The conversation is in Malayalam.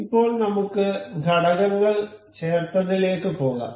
ഇപ്പോൾ നമുക്ക് ഘടകങ്ങൾ ചേർത്തത്തിലേക്കു പോകാം